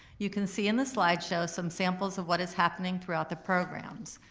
you can see in the slideshow some samples of what is happening throughout the programs.